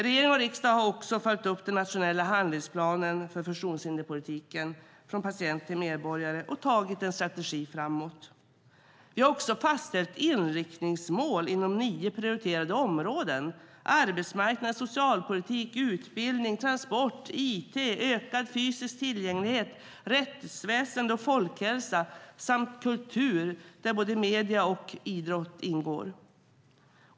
Regering och riksdag har också följt upp den nationella handlingsplanen för funktionshinderspolitiken Från patient till medborgare och tagit en strategi framåt. Vi har också fastställt inriktningsmål inom nio prioriterade områden: arbetsmarknad, socialpolitik, utbildning, transport, it, ökad fysisk tillgänglighet, rättsväsen och folkhälsa samt kultur, där både medier och idrott ingår.